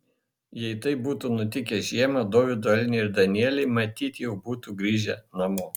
jei tai būtų nutikę žiemą dovydo elniai ir danieliai matyt jau būtų grįžę namo